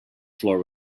floor